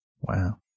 Wow